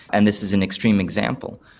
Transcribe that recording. and this is an extreme example.